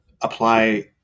apply